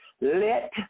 let